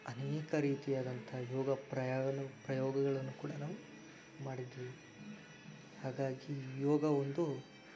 ಅನೇಕ ರೀತಿಯಾದಂತಹ ಯೋಗ ಪ್ರಯಾಗಗಳ ಪ್ರಯೋಗಗಳನ್ನು ಕೂಡ ಮಾಡಿದ್ವಿ ಹಾಗಾಗಿ ಯೋಗ ಒಂದು